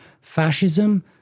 fascism